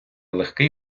легкий